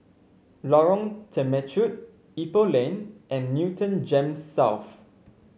Lorong Temechut Ipoh Lane and Newton Gems South